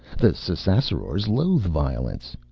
the ssassarors loathe violence.